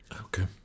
Okay